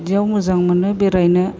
बिदियाव मोजां मोनो बेरायनो